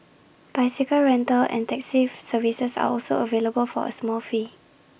bicycle rental and taxi services are also available for A small fee